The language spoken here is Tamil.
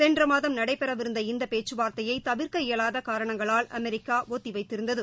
சென்ற மாதம் நடைபெறவிருந்த இந்த பேச்சு வார்த்தையை தவிர்க்க இயலாத காரணங்களால் அமெரிக்கா ஒத்திவைத்தது